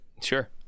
Sure